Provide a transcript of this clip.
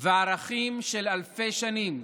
וערכים של אלפי שנים,